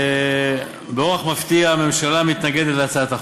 באורח מפתיע הממשלה מתנגדת להצעת החוק.